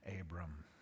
Abram